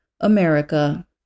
America